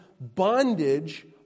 bondage